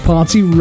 Party